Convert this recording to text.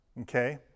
okay